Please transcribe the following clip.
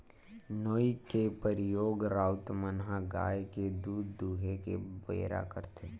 नोई के परियोग राउत मन ह गाय के दूद दूहें के बेरा करथे